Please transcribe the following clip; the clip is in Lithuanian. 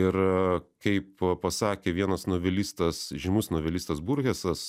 ir kaip pasakė vienas novelistas žymus novelistas burgesas